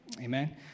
Amen